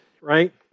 right